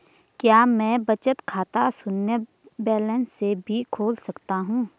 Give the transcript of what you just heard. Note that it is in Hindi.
क्या मैं बचत खाता शून्य बैलेंस से भी खोल सकता हूँ?